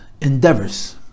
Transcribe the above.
endeavors